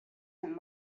him